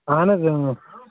اَہَن حظ أں